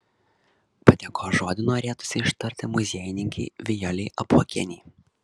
padėkos žodį norėtųsi ištarti muziejininkei vijolei apuokienei